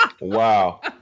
Wow